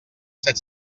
set